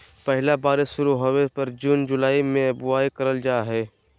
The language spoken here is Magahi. पहला बारिश शुरू होबय पर जून जुलाई में बुआई करल जाय हइ